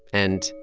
and,